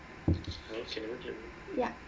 yup